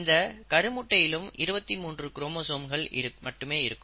இந்த கரு முட்டையிலும் 23 குரோமோசோம்கள் மட்டுமே இருக்கும்